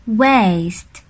waist